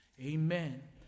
Amen